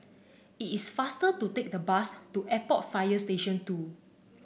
it's faster to take the bus to Airport Fire Station Two